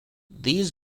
these